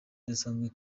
idasanzwe